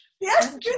Yes